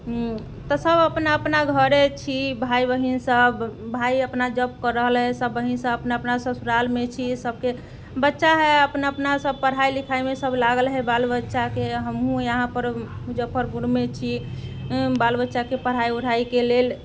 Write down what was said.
तऽ सब अपना अपना घरे छी भाय बहिन सब भाइ अपना जॉब कर रहले सब बहिन सब अपना अपना ससुरालमे छी सबके बच्चा हइ अपना अपना सब पढ़ाइ लिखाइमे सब लागल हइ बाल बच्चाके हमहुँ यहाँ मुजफ्फरपुरमे छी बाल बच्चाके पढ़ाइ ओढ़ाइके लेल